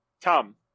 Tom